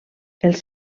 els